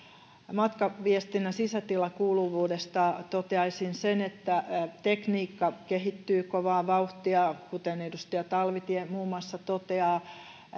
matkaviestinnän sisätilakuuluvuudesta toteaisin sen että tekniikka kehittyy kovaa vauhtia kuten edustaja talvitie muun muassa